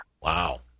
Wow